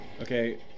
Okay